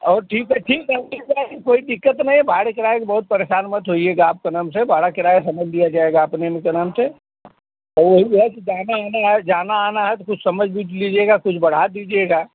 और ठीक है ठीक है ठीक है कोई दिक्कत नहीं है भाड़े किराए के बहुत परेशान मत होइएगा आपका नाम से भाड़ा किराया समझ लिया जाएगा अपने में क्या नाम से ओ वही है कि जाना आना है जाना आना है तो कुछ समझ बूझ लीजिएगा कुछ बढ़ा दीजिएगा